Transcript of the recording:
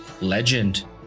legend